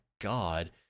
God